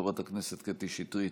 חברת הכנסת קטי שטרית,